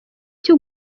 cyo